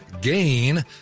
gain